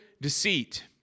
deceit